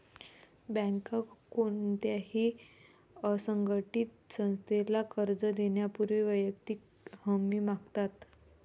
बँका कोणत्याही असंघटित संस्थेला कर्ज देण्यापूर्वी वैयक्तिक हमी मागतात